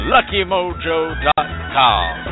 LuckyMojo.com